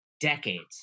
decades